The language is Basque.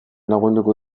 lagunduko